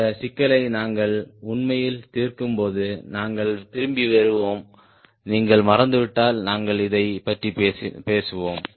இந்த சிக்கலை நாங்கள் உண்மையில் தீர்க்கும்போது நாங்கள் திரும்பி வருவோம் நீங்கள் மறந்துவிட்டால் நாங்கள் இதைப் பற்றி பேசுவோம்